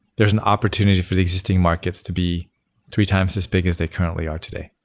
there is an opportunity for the existing markets to be three times as big as they currently are today.